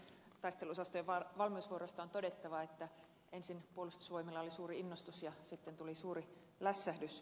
taisteluosastojen valmiusvuoroista on todettava että ensin puolustusvoimilla oli suuri innostus ja sitten tuli suuri lässähdys